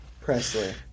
presley